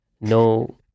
no